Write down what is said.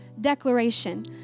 declaration